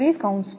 5 0